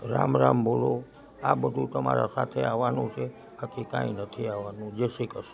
રામ રામ બોલો આ બધું તમારા સાથે આવવાનું છે બાકી કંઈ નથી આવવાનું જયશ્રી કૃષ્ણ